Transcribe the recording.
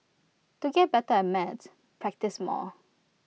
to get better at maths practise more